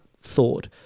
thought